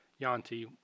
Yanti